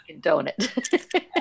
donut